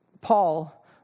Paul